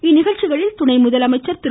இந்நிகழ்ச்சிகளில் துணை முதலமைச்சர் திரு